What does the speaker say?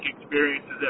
experiences